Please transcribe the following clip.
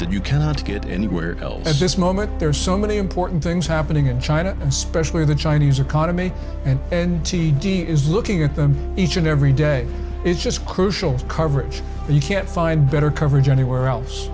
that you cannot get anywhere else at this moment there are so many important things happening in china especially the chinese economy and and t d is looking at them each and every day is just crucial coverage and you can't find better coverage anywhere else